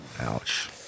Ouch